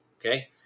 okay